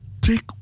Take